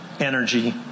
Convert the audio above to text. energy